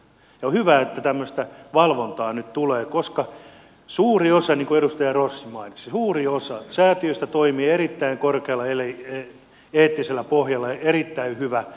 on hyvä että tämmöistä valvontaa nyt tulee koska niin kuin edustaja rossi mainitsi suuri osa säätiöistä toimii erittäin korkealla eettisellä pohjalla ja niillä on erittäin hyvä ajatusmaailma